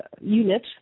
unit